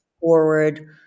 forward